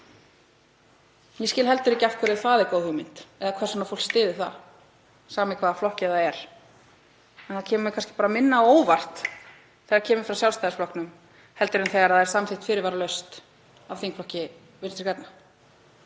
Ég skil heldur ekki af hverju það er góð hugmynd eða hvers vegna fólk styður það, sama í hvaða flokki það er. Það kemur mér kannski minna á óvart þegar það kemur frá Sjálfstæðisflokknum en þegar það er samþykkt fyrirvaralaust af þingflokki Vinstri grænna.